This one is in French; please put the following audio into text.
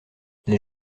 les